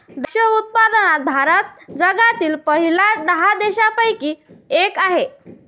द्राक्ष उत्पादनात भारत हा जगातील पहिल्या दहा देशांपैकी एक आहे